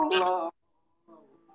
love